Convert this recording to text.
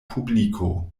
publiko